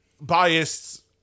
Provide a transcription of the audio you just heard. biased